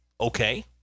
Okay